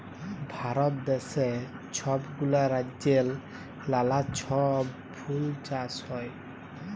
ভারত দ্যাশে ছব গুলা রাজ্যেল্লে লালা ছব ফুল চাষ হ্যয়